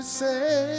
say